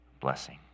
blessing